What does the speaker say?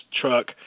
truck